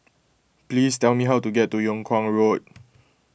please tell me how to get to Yung Kuang Road